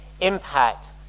impact